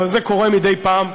זה קורה מדי פעם.